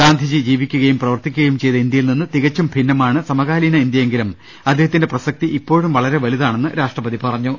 ഗാന്ധിജി ജീവിക്കുകയും പ്രവർത്തിക്കുകയും ചെയ്ത ഇന്ത്യയിൽനിന്ന് തികച്ചും ഭിന്നമാണ് സമകാലീന ഇന്ത്യയെങ്കിലും അദ്ദേഹ ത്തിന്റെ പ്രസക്തി ഇപ്പോഴും വളരെ വലുതാണെന്ന് രാഷ്ട്ര പതി പറഞ്ഞു